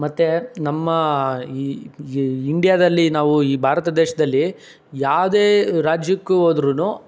ಮತ್ತು ನಮ್ಮ ಈ ಇಂಡ್ಯಾದಲ್ಲಿ ನಾವು ಈ ಭಾರತ ದೇಶದಲ್ಲಿ ಯಾವುದೇ ರಾಜ್ಯಕ್ಕೆ ಹೋದ್ರುನು